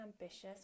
ambitious